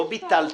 לא ביטלתי.